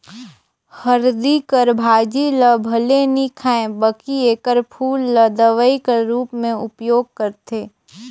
हरदी कर भाजी ल भले नी खांए बकि एकर फूल ल दवई कर रूप में उपयोग करथे